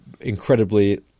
incredibly